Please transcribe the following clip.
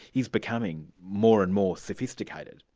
is becoming more and more sophisticated.